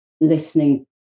listening